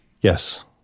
Yes